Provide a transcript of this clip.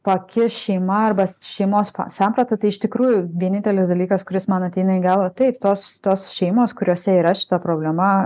pakis šeima arba šeimos samprata tai iš tikrųjų vienintelis dalykas kuris man ateina į galvą taip tos tos šeimos kuriose yra šita problema